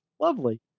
lovely